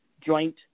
joint